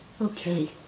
Okay